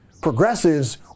progressives